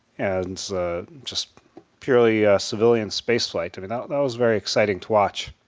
and just purely a civilian space flight. i mean that that was very exciting to watch.